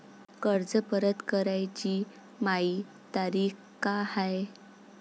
कर्ज परत कराची मायी तारीख का हाय?